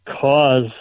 cause